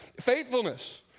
faithfulness